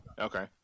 Okay